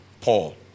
Paul